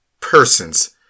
persons